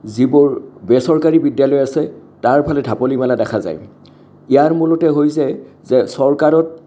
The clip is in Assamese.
যিবোৰ বেচৰকাৰী বিদ্যালয় আছে তাৰফালে ঢাপলি মেলা দেখা যায় ইয়াৰ মূলতে হৈছে যে চৰকাৰত